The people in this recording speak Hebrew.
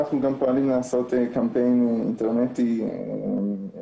אנחנו גם פועלים לעשות קמפיין אינטרנטי ובאנרים